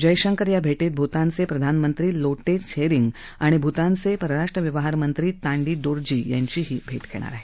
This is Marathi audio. जयशंकर या भेटीत भूतानचे प्रधानमंत्री लोटे त्शेरींग तसंच भूतानचे परराष्ट्र व्यवहारमंत्री तांडी दोर्जी यांची भेट घेणार आहेत